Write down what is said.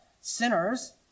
sinners